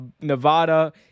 Nevada